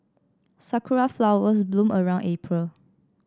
sakura flowers bloom around April